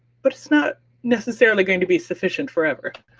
but it's not necessarily going to be sufficient for ever.